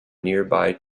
nearby